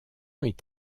est